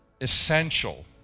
essential